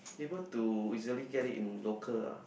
able to easily get it in local ah